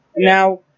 now